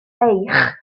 eich